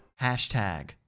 Hashtag